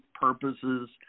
purposes